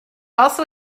also